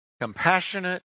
compassionate